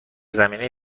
زمینه